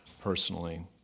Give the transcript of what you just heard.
personally